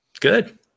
Good